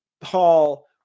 Paul